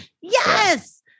yes